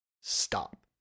stop